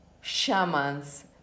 shamans